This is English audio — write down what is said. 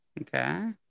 okay